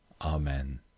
Amen